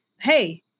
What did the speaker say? Hey